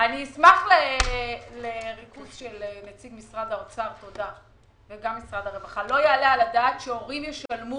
שהורים ישלמו